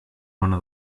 one